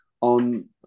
on